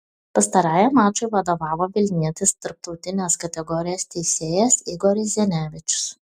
pastarajam mačui vadovavo vilnietis tarptautinės kategorijos teisėjas igoris zenevičius